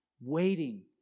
waiting